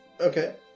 Okay